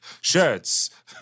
Shirts